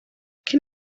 cyn